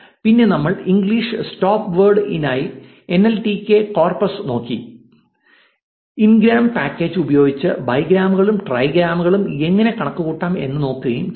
പിന്നെ നമ്മൾ English stop words ഇനായി എൻഎൽടികെ കോർപസ് നോക്കി ഇൻഗ്രാംസ് പാക്കേജ് ഉപയോഗിച്ച് ബൈഗ്രാമുകളും ട്രൈഗ്രാമുകളും എങ്ങനെ കണക്കുകൂട്ടാം എന്ന് നോക്കുകയും ചെയ്തു